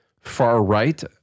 far-right